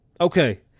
okay